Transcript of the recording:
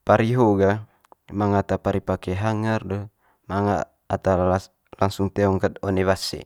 pari ho'o ga manga ata pari pake hanger de manga ata las- langsung teong ket one wase